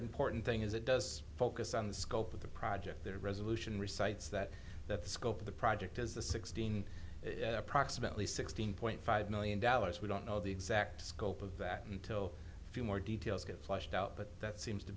important thing is it does focus on the scope of the project that resolution recites that that the scope of the project is the sixteen approximately sixteen point five million dollars we don't know the exact scope of that until a few more details get flushed out but that seems to